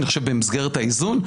אני חושב שבמסגרת האיזון,